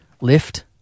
Lift